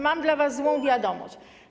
Mam dla was złą wiadomość.